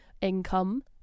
income